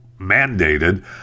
mandated